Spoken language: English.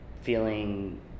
feeling